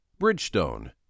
Bridgestone